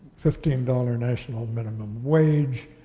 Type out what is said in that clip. fifteen dollars national minimum wage,